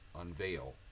unveil